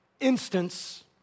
instance